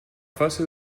fase